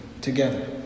together